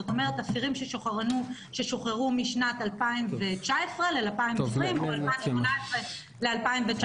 זאת אומרת אסירים ששוחררו משנת 2019 ל-2020 או 2018 ל-2019.